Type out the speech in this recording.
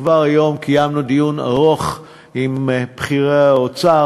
כבר היום קיימנו דיון ארוך עם בכירי האוצר,